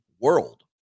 world